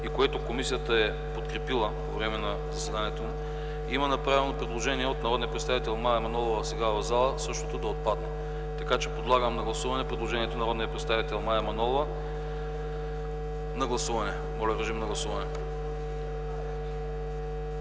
и което комисията е подкрепила по време на заседанието му. Има направено предложение от народния представител Мая Манолова, сега в залата, същото да отпадне. Подлагам на гласуване предложението на народния представител Мая Манолова. Гласували 127 народни